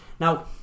Now